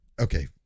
Okay